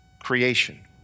creation